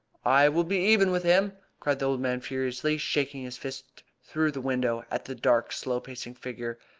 i will be even with him! cried the old man furiously, shaking his fist through the window at the dark slow-pacing figure.